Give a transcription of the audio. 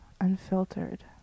unfiltered